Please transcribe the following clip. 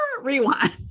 rewind